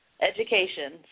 Education